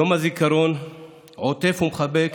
יום הזיכרון עוטף ומחבק